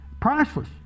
Priceless